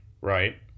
Right